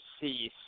cease